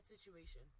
situation